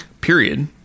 period